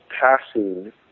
passing